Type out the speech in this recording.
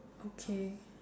okay